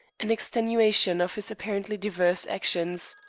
in extenuation of his apparently diverse actions.